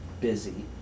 busy